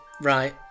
right